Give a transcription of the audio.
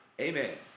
Amen